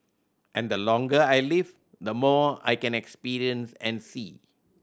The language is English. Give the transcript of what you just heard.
and the longer I live the more I can experience and see